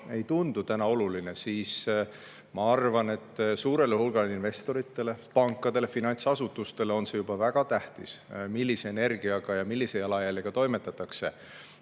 ei tundu täna oluline, siis ma arvan, et suurele hulgale investoritele, pankadele ja muudele finantsasutustele on väga tähtis, millise energiaga ja millise jalajäljega toimetatakse.